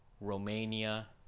Romania